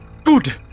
Good